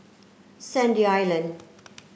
Sandy Island